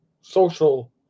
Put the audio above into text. social